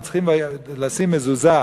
אנחנו צריכים לשים מזוזה